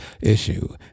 issue